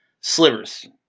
Slivers